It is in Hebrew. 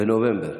בנובמבר.